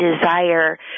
desire